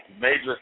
major